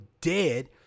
dead